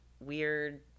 weird –